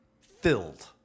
filled